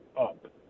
up